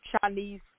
Chinese